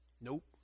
Nope